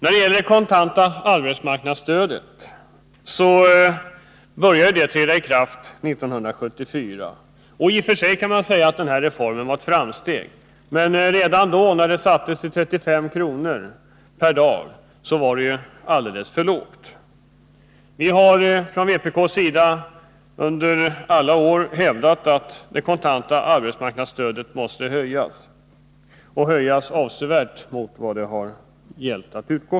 Lagen om kontant arbetsmarknadsstöd trädde i kraft 1974. I och för sig kan man säga att denna reform var ett framsteg. Men redan då, när ersättningen sattes till 35 kr. per dag, var den alldeles för låg. Vi har från vpk:s sida under alla år hävdat att det kontanta arbetsmarknadsstödet måste höjas, och höjas avsevärt över vad det har utgått med.